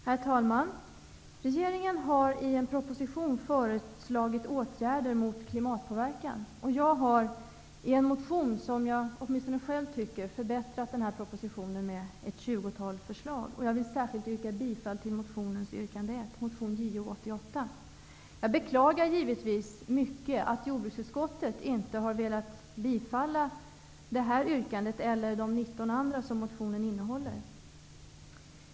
Herr talman! Regeringen har i en proposition föreslagit åtgärder mot klimatpåverkan. Jag har i en motion, åtminstone som jag själv tycker, förbättrat den här propositionen med ett tjugotal förslag. Jag vill särskilt yrka bifall till motion Jo88, yrkande 1. Jag beklagar givetvis mycket att jordbruksutskottet inte har velat tillstyrka det här yrkandet eller de 19 andra som motionen innehåller.